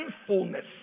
sinfulness